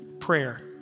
prayer